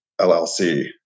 LLC